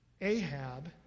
Ahab